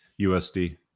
USD